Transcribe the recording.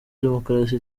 demokrasi